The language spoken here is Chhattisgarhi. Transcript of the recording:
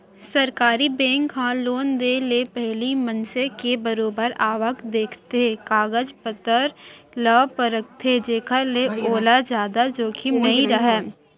सरकारी बेंक ह लोन देय ले पहिली मनसे के बरोबर आवक देखथे, कागज पतर ल परखथे जेखर ले ओला जादा जोखिम नइ राहय